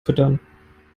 füttern